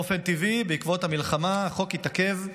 באופן טבעי, בעקבות המלחמה החוק התעכב,